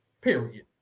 Period